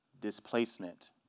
displacement